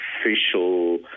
official